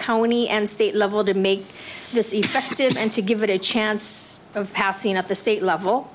county and state level to make this effective and to give it a chance of passing at the state level